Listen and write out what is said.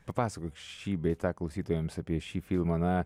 papasakok šį bei tą klausytojams apie šį filmą na